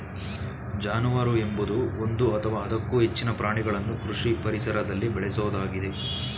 ಜಾನುವಾರು ಎಂಬುದು ಒಂದು ಅಥವಾ ಅದಕ್ಕೂ ಹೆಚ್ಚಿನ ಪ್ರಾಣಿಗಳನ್ನು ಕೃಷಿ ಪರಿಸರದಲ್ಲಿ ಬೇಳೆಸೋದಾಗಿದೆ